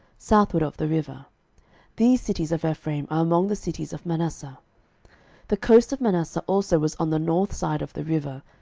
southward of the river these cities of ephraim are among the cities of manasseh the coast of manasseh also was on the north side of the river,